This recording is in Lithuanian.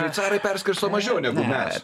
šveicarai perskirsto mažiau negu mes